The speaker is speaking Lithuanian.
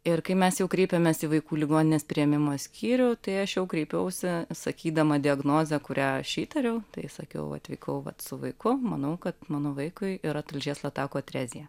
ir kai mes jau kreipėmės į vaikų ligoninės priėmimo skyrių tai aš jau kreipiausi sakydama diagnozę kurią aš įtariau tai sakiau atvykau vat su vaiku manau kad mano vaikui yra tulžies latakų atrezija